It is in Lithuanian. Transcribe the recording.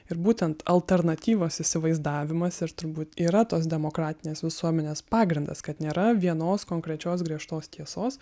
ir būtent alternatyvos įsivaizdavimas ir turbūt yra tos demokratinės visuomenės pagrindas kad nėra vienos konkrečios griežtos tiesos